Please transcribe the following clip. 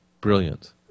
brilliant